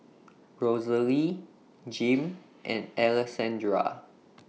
Rosalie Jim and Alessandra